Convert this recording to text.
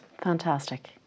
Fantastic